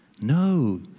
No